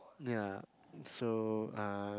ya so uh